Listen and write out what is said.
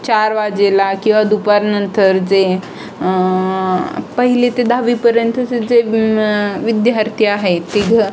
चार वाजायला किंवा दुपारनंतर जे पहिली ते दहावीपर्यंतचे जे विद्यार्थी आहे ते